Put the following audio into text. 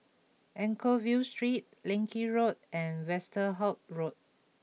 Anchorvale Street Leng Kee Road and Westerhout Road